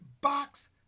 Box